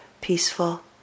peaceful